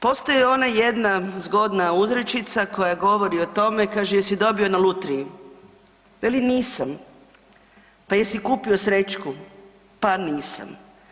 Postoji ona jedna zgodna uzrečica koja govori o tome, kaže jesi dobio na lutriji, veli nisam, pa jesi kupio srećku, pa nisam.